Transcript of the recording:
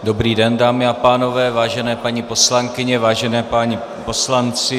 Dobrý den, dámy a pánové, vážené paní poslankyně, vážení páni poslanci.